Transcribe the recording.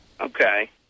Okay